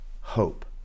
hope